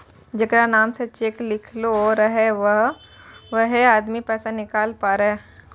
जेकरा नाम से चेक लिखलो रहै छै वैहै आदमी पैसा निकालै पारै